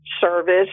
service